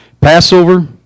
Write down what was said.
Passover